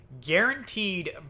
guaranteed